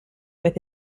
with